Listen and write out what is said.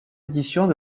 éditions